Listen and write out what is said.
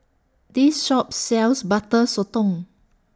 This Shop sells Butter Sotong